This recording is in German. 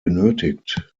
benötigt